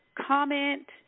comment